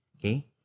Okay